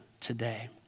today